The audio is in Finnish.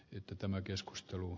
jotta tämä tehty